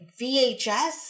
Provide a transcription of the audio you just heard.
VHS